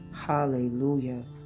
Hallelujah